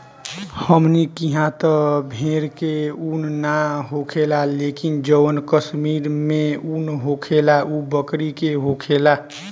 हमनी किहा त भेड़ के उन ना होखेला लेकिन जवन कश्मीर में उन होखेला उ बकरी के होखेला